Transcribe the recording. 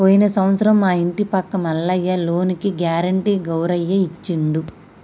పోయిన సంవత్సరం మా ఇంటి పక్క మల్లయ్య లోనుకి గ్యారెంటీ గౌరయ్య ఇచ్చిండు